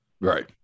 Right